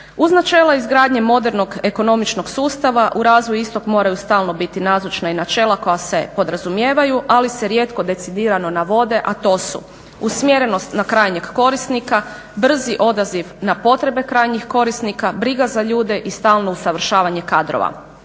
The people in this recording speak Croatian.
Uz načela izgradnje modernog ekonomičnog sustava u razvoj istog moraju stalno biti nazočna i načela koja se podrazumijevaju ali se rijetko decidirano navode a to su: sumjerenost na krajnjeg korisnika, brzi odaziv na potrebe krajnjih korisnika, briga za ljude i stalno usavršavanje kadrova.